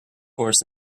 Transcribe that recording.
horse